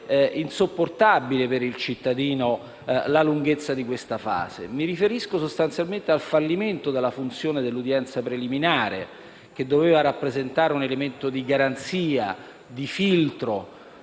insopportabile per il cittadino la lunghezza di questa fase. Mi riferisco sostanzialmente al fallimento della funzione dell'udienza preliminare, che doveva rappresentare un elemento di garanzia del